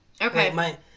Okay